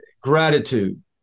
gratitude